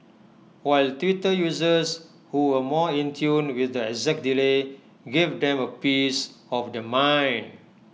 while Twitter users who were more in tune with the exact delay gave them A piece of their mind